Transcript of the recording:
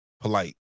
polite